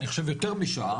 אני חושב יותר משעה.